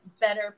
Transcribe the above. better